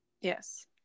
yes